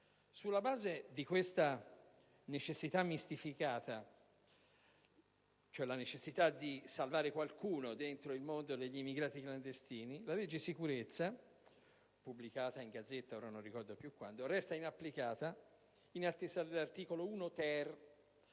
Sulla base di questa necessità mistificata, cioè salvare qualcuno dentro il mondo degli immigrati clandestini, la legge sicurezza, già pubblicata in *Gazzetta Ufficiale*, resta inapplicata in attesa dell'articolo 1-*ter*